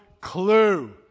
clue